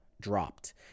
dropped